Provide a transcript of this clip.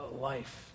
life